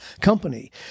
company